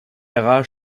drh